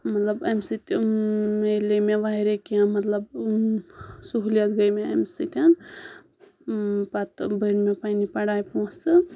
مطلب امہِ سۭتۍ مِلے مےٚ واریاہ کہنٛہہ مطلب سہوٗلِیت گٔیہِ مےٚ امہِ سۭتۍ پَتہٕ بٔر مےٚ پَننہِ پَڑاے پونسہٕ